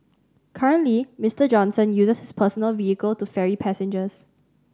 currently Mister Johnson uses his personal vehicle to ferry passengers